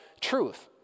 truth